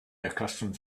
accustomed